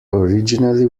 originally